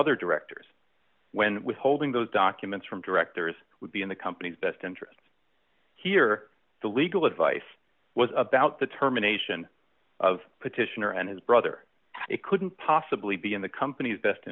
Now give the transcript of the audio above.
other directors when withholding those documents from directors would be in the company's best interests here the legal advice was about the terminations of petitioner and his brother it couldn't possibly be in the company's best